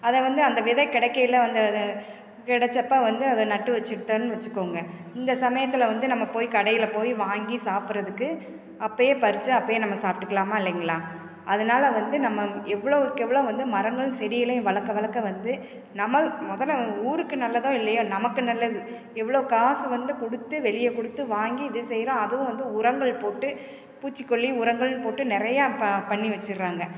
அதை வந்து அந்த விதை கிடைக்கியல வந்து அது கிடைச்சப்போ வந்து அதை நட்டு வச்சிக்கிட்டன்னு வச்சிக்கோங்க இந்த சமயத்தில் வந்து நம்ம போய் கடையில் போய் வாங்கி சாப்பிட்றதுக்கு அப்பவே பறிச்சு அப்பவே நம்ம சாப்பிட்டுக்கலாமா இல்லைங்களா அதனால் வந்து நம்ம எவ்வளோவுக்கு எவ்வளோ வந்து மரங்கள் செடிகளையும் வளர்க்க வளர்க்க வந்து நம்ம முதல் ஊருக்கு நல்லதோ இல்லயோ நமக்கு நல்லது இவ்வளோ காசு வந்து கொடுத்து வெளியே கொடுத்து வாங்கி இது செய்கிறோம் அதுவும் வந்து உரங்கள் போட்டு பூச்சிக்கொல்லியும் உரங்கள்னு போட்டு நிறையா ப பண்ணி வச்சிர்றாங்க